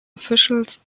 officials